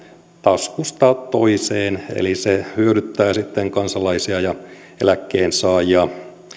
taskusta toiseen eli se hyödyttää sitten kansalaisia ja eläkkeensaajia